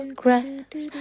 grass